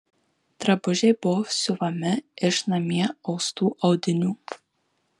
drabužiai buvo siuvami iš namie austų audinių